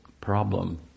problem